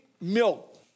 milk